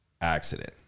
accident